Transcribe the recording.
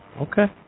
Okay